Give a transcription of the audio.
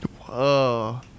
Whoa